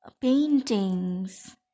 paintings